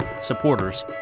supporters